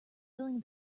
filling